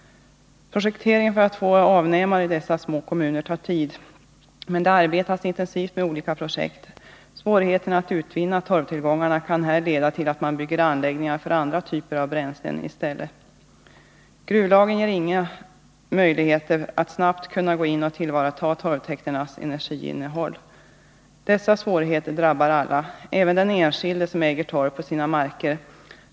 Projektering för att få avnämare i dessa små kommuner tar tid. Men det arbetas intensivt med olika projekt. Svårigheterna att utvinna torvtillgångarna kan här leda till att man bygger anläggningar för andra typer av bränslen i stället. Gruvlagen ger inga möjligheter till snabba ingripanden för tillvaratagande av torvtäkternas energiinnehåll. Dessa svårigheter drabbar alla, även den enskilde som har torvtillgångar på sina marker.